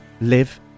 live